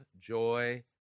joy